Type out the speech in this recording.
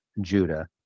Judah